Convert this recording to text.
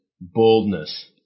boldness